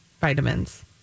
vitamins